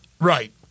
Right